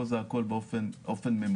פה זה הכל באופן ממוחשב.